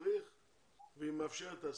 והיא מאפשרת את ה-26.